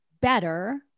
better